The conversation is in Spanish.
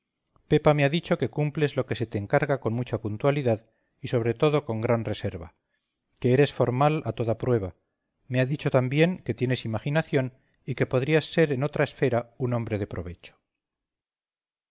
pepa me ha dicho que cumples lo que se te encarga con mucha puntualidad y sobre todo con gran reserva que eres formal a toda prueba me ha dicho también que tienes imaginación y que podrías ser en otra esfera un hombre de provecho